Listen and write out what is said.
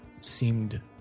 seemed